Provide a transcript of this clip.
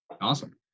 Awesome